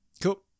cool